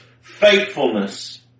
faithfulness